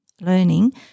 learning